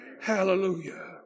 hallelujah